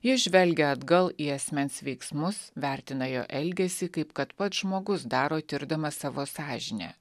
ji žvelgia atgal į asmens veiksmus vertina jo elgesį kaip kad pats žmogus daro tirdamas savo sąžinę